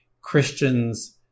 Christians